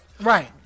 Right